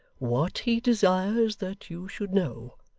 what he desires that you should know,